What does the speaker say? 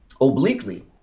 obliquely